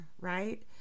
right